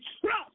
trust